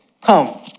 come